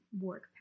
work